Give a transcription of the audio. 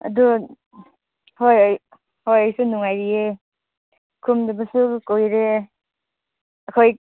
ꯑꯗꯣ ꯍꯣꯏ ꯑꯩ ꯍꯣꯏ ꯑꯩꯁꯨ ꯅꯨꯡꯉꯥꯏꯔꯤꯌꯦ ꯄꯨꯟꯗꯕꯁꯨ ꯀꯨꯏꯔꯦ ꯑꯩꯈꯣꯏ